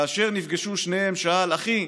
כאשר נפגשו שניהם, שאל: אחי,